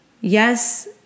Yes